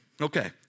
Okay